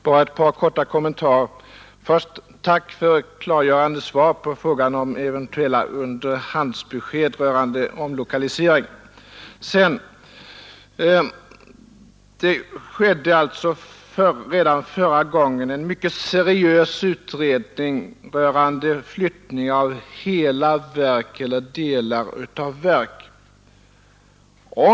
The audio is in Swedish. Herr talman! Bara ett par kommentarer! Först tackar jag dock för klargörande svar på frågan om eventuella underhandsbesked rörande omlokaliseringen. Det skedde alltså redan förra gången en mycket seriös utredning rörande flyttningen av hela verk eller delar av verk.